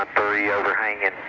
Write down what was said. three overhanging